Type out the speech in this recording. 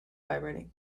vibrating